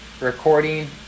recording